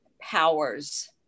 powers